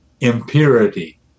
impurity